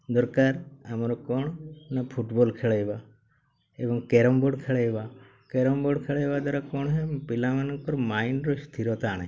ଦରକାର ଆମର କ'ଣ ନା ଫୁଟବଲ୍ ଖେଳାଇବା ଏବଂ କ୍ୟାରମ୍ ବୋର୍ଡ଼୍ ଖେଳେଇବା କ୍ୟାରମ୍ ବୋର୍ଡ଼୍ ଖେଳାଇବା ଦ୍ୱାରା କ'ଣ ହେଇ ପିଲାମାନଙ୍କର ମାଇଣ୍ଡର ସ୍ଥିରତା ଆଣେ